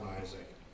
Isaac